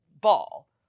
ball